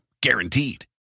guaranteed